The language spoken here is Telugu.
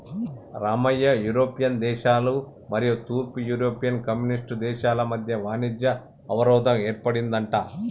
రామయ్య యూరోపియన్ దేశాల మరియు తూర్పు యూరోపియన్ కమ్యూనిస్ట్ దేశాల మధ్య వాణిజ్య అవరోధం ఏర్పడిందంట